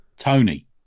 Tony